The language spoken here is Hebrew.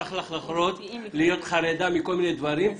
להיות חרדה מכל מיני דברים,